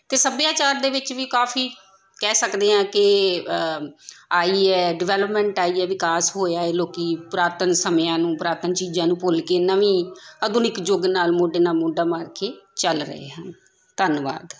ਅਤੇ ਸੱਭਿਆਚਾਰ ਦੇ ਵਿੱਚ ਵੀ ਕਾਫੀ ਕਹਿ ਸਕਦੇ ਹਾਂ ਕਿ ਆਈ ਹੈ ਡਿਵੈਲਪਮੈਂਟ ਆਈ ਹੈ ਵਿਕਾਸ ਹੋਇਆ ਹੈ ਲੋਕੀਂ ਪੁਰਾਤਨ ਸਮਿਆਂ ਨੂੰ ਪੁਰਾਤਨ ਚੀਜ਼ਾਂ ਨੂੰ ਭੁੱਲ ਕੇ ਨਵੀਂ ਆਧੁਨਿਕ ਯੁੱਗ ਨਾਲ ਮੋਢੇ ਨਾਲ ਮੋਢਾ ਮਾਰ ਕੇ ਚੱਲ ਰਹੇ ਹਨ ਧੰਨਵਾਦ